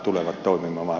arvoisa puhemies